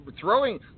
throwing